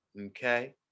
Okay